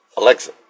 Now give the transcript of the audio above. Alexa